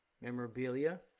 memorabilia